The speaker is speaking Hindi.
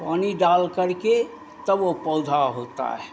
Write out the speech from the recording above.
पानी डाल करके तब वो पौधा होता है